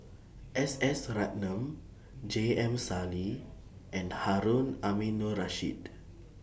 S S Ratnam J M Sali and Harun Aminurrashid